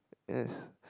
yes